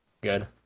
Good